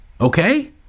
Okay